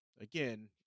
again